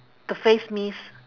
the face mist